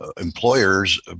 employers